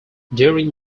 during